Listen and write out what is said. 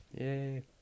Yay